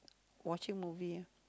watching movie ah